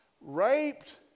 raped